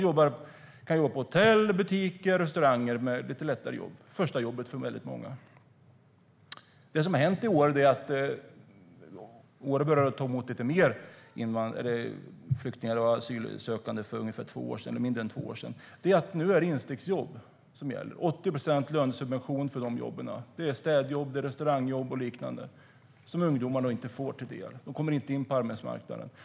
De kan jobba på hotell, i butiker och i restauranger med lite lättare jobb. Det är det första jobbet för många ungdomar. Det som har hänt är att Åre för mindre än två år sedan började ta emot lite fler flyktingar och asylsökande. Nu är det instegsjobb som gäller. Det är 80 procents lönesubvention för dessa jobb. Det är städjobb, restaurangjobb och liknande som nu inte kommer ungdomarna till del. De kommer inte in på arbetsmarknaden.